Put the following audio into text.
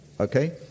Okay